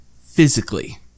physically